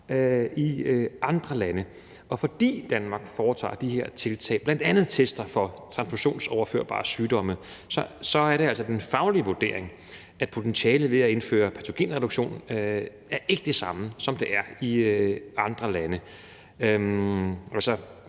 i andre lande, og fordi Danmark tager de her tiltag, bl.a. tester for transfusionsoverførbare sygdomme, er det altså den faglige vurdering, at potentialet ved at indføre patogenreduktion ikke er det samme, som det er i andre lande. Der